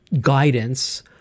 guidance